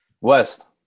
West